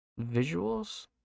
visuals